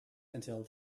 until